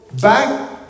back